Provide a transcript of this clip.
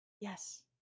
Yes